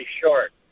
short